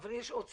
אבל יש עוד סיבה.